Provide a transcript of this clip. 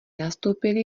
nastoupili